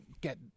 get